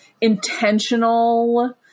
intentional